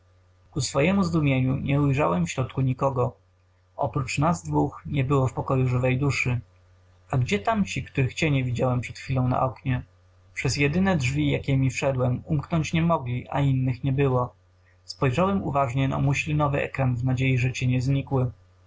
zdumienie niuzdumieniu nie ujrzałem w środku nikogo oprócz nas dwóch nie było w pokoju żywej duszy a gdzie tamci których cienie widziałem przed chwilą na oknie przez jedyne drzwi jakiemi wszedłem umknąć nie mogli a innych nie było spojrzałem uważnie na muślinowy ekran w nadziei że cienie znikły